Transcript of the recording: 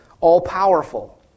All-powerful